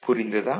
புரிந்ததா